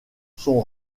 sont